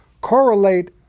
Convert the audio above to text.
correlate